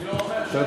אני לא אומר שלא.